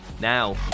Now